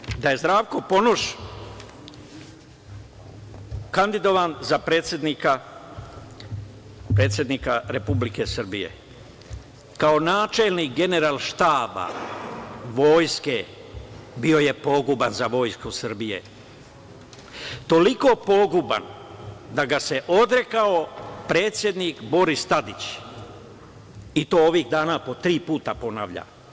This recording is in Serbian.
Čuli ste da je Zdravko Ponoš kandidovan za predsednika Republike Srbije, kao načelnik Generalštaba Vojske bio je poguban za Vojsku Srbije, toliko poguban da ga se odrekao predsednik Boris Tadić, i to ovih dana po tri puta ponavlja.